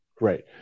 Right